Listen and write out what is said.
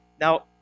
now